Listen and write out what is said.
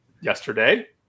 yesterday